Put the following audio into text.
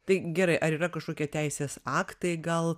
tai gerai ar yra kažkokie teisės aktai gal